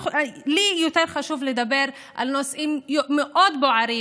לי יותר חשוב לדבר על נושאים מאוד בוערים,